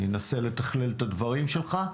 אני אנסה לתכלל את הדברים שלך,